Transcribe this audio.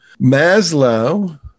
Maslow